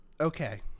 okay